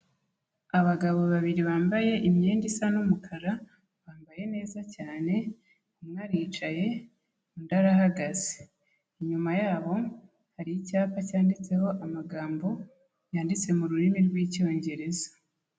Abagabo babiri bambaye imyenda isa n'umukara, bambaye neza cyane, umwe aricaye, undi arahagaze. Inyuma yabo, hari icyapa cyanditseho amagambo yanditse mu rurimi rw'Icyongereza.